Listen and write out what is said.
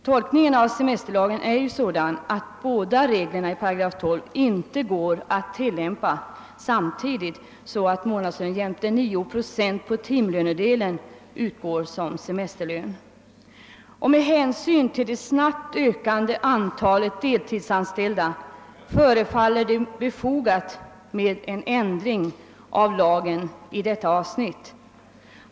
Tolkningen av semesterlagen är sådan att båda reglerna i 12 8 inte går att tillämpa samtidigt så att månadslön jämte 9 procent på timdelen utgår i semesterlön. Med hänsyn till det snabbt ökande antalet deltidsanställda förefaller det befogat med en ändring av lagen i detta avsnitt.